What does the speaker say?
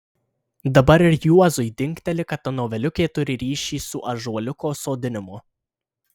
dabar ir juozui dingteli kad ta noveliukė turi ryšį su ąžuoliuko sodinimu